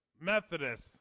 Methodist